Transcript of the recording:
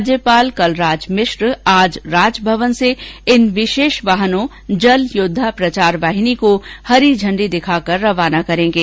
राज्यपाल कलराज मिश्र आज राजभवन से इन विशेष वाहनों जल योद्दा प्रचार वाहिनी को हरी झंडी दिखाकर रवाना करेंगे